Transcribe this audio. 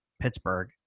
Pittsburgh